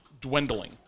dwindling